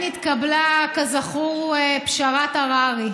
התקבלה, כזכור, פשרת הררי.